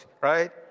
right